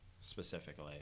specifically